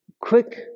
quick